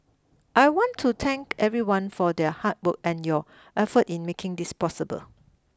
I want to thank everyone for their hard work and your effort in making this possible